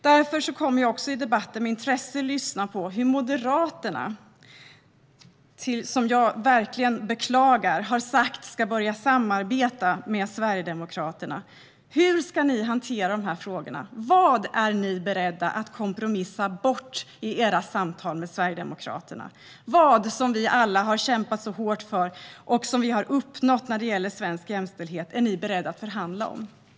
Därför kommer jag i debatten med intresse att lyssna på Moderaterna, som har sagt att de ska börja samarbeta - vilket jag beklagar - med Sverigedemokraterna. Hur ska ni hantera dessa frågor? Vad är ni beredda att kompromissa bort i era samtal med Sverigedemokraterna? Vad är ni beredda att förhandla om när det gäller det som vi alla har kämpat så hårt för och det som vi har uppnått för svensk jämställdhet?